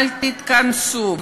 אל תתכנסו,